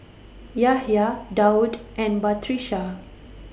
Yahya Daud and Batrisya